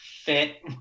fit